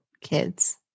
kids